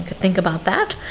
think about that.